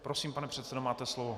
Prosím pane předsedo, máte slovo.